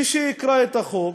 מי שיקרא את החוק,